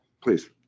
please